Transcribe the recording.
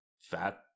Fat